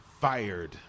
Fired